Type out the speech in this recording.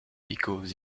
because